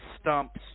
stumps